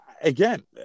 Again